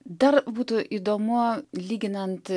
dar būtų įdomu lyginant